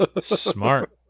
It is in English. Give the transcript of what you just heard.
smart